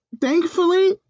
thankfully